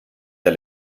der